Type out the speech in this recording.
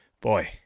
boy